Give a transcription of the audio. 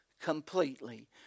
completely